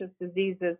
diseases